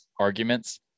arguments